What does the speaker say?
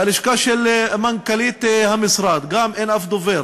בלשכה של מנכ"לית המשרד גם אין אף דובר